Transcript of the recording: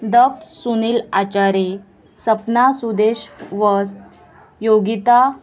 Daksh Sunil Achari Sapna Sudesh Vast Yogita